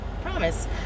promise